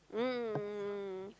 mm